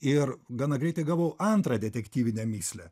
ir gana greitai gavau antrą detektyvinę mįslę